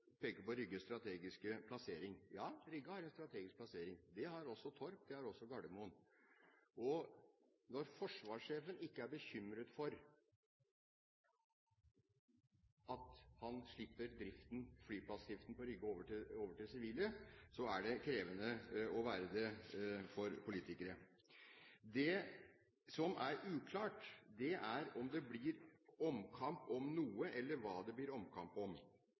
peker på Rygges strategiske plassering. Ja, Rygge har en strategisk plassering, det har også Torp og Gardermoen. Når forsvarssjefen ikke er bekymret for å overlate flyplassdriften på Rygge til sivile, er det krevende for politikere å være det. Det som er uklart, er om det blir omkamp om noe, eller hva det blir omkamp om.